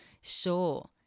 Sure